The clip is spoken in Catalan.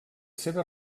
seves